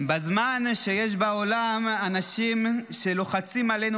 בזמן שיש בעולם אנשים שלוחצים עלינו